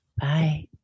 Bye